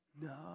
No